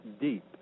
deep